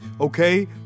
okay